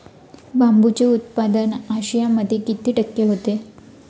बांबूचे उत्पादन आशियामध्ये किती टक्के होते?